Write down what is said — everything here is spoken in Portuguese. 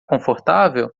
confortável